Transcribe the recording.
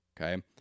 Okay